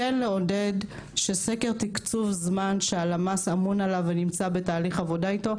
כן לעודד שסקר תקצוב זמן שהלמ"ס אמון עליו ונמצא בתהליך עבודה איתו,